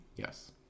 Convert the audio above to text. Yes